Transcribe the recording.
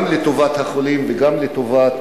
גם לטובת החולים וגם לטובת